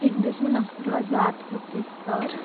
एक दिवस मी नागपूरला जात होते तर